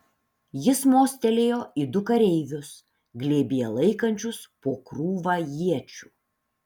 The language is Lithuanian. jis mostelėjo į du kareivius glėbyje laikančius po krūvą iečių